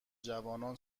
جوانان